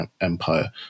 empire